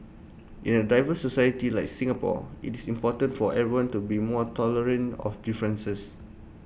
in A diverse society like Singapore IT is important for everyone to be more tolerant of differences